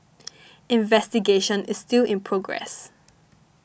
investigation is still in progress